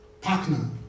Partner